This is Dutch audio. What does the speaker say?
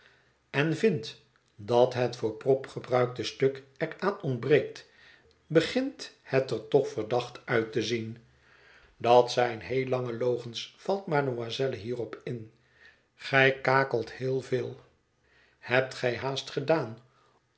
en vindt dat het voor prop gebruikte stuk er aan ontbreekt begint het er toch verdacht uit te zien dat zijn heel lange logens valt mademoiselle hierop in gij kakelt heel veel hebt gij haast gedaan